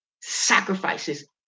sacrifices